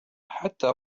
حتى